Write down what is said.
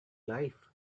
life